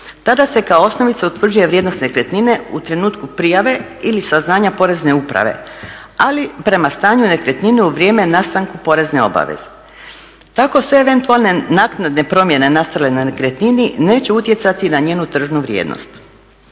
Tada se kao osnovica utvrđuje vrijednost nekretnine u trenutku prijave ili saznanja Porezne uprave, ali prema stanju nekretnine u vrijeme nastanka porezne obaveze. Tako sve eventualne naknadne promjene nastale na nekretnini neće utjecati na njenu tržnu vrijednost.